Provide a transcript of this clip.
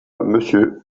monsieur